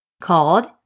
called